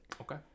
okay